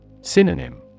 Synonym